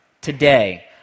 today